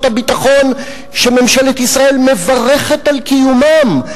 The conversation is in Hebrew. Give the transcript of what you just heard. הביטחון שממשלת ישראל מברכת על קיומם,